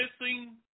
missing